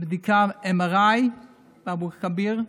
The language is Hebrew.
עשיתי בדיקת MRI באבו כביר,